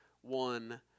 one